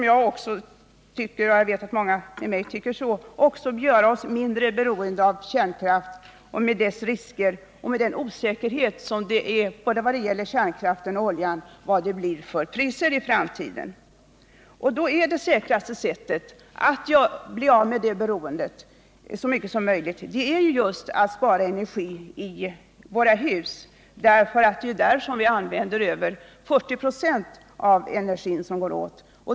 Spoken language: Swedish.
Jag vet att många med mig tycker att vi också skall göra oss mindre beroende av kärnkraften, med dess risker och med den osäkerhet — det gäller också oljan — som råder om vad det blir för priser i framtiden. Det säkraste sättet att så mycket som möjligt bli av med det beroendet är just att spara energi i våra hus, där vi ju använder över 40 96 av den energi som går åt.